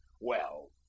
Well